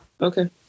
Okay